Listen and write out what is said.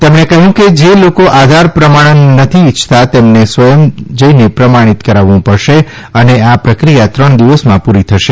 તેમણે કહ્યુંકે જે લોકો આધાર પ્રમાણન નથી ઇચ્છતા તેમને સ્વયં જઇને પ્રમાણિત કરાવવું પડશે અને આ પ્રક્રિયા ત્રણ દિવસમાં પૂરી થશે